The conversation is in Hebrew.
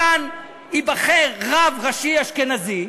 כאן ייבחר רב ראשי אשכנזי,